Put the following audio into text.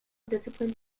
disciplined